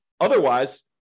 Otherwise